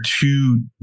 two